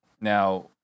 Now